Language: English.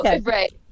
right